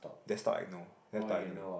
desktop I know laptop I don't know